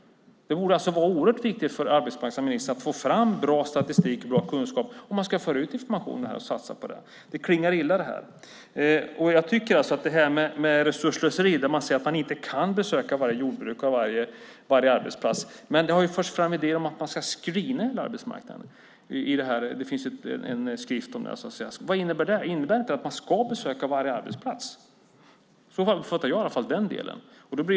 Det borde alltså vara oerhört viktigt för arbetsmarknadsministern att få fram bra statistik och bra kunskap om man ska satsa på att föra ut information. Detta klingar illa. Ministern säger att man inte kan besöka varje jordbruk och varje arbetsplats och pratar om resursslöseri. Men det har ju förts fram idéer om att man ska screena hela arbetsmarknaden. Det finns en skrift om det. Vad innebär det? Innebär inte det att man ska besöka varje arbetsplats? Så uppfattar i alla fall jag den delen.